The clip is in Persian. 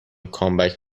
کامبک